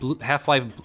Half-Life